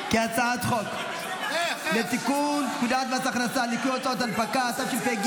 כי הצעת חוק לתיקון פקודת מס הכנסה (ניכוי הוצאות הנפקה),